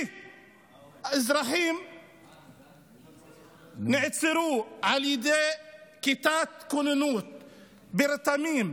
אזרחים נעצרו על ידי כיתת כוננות ברתמים,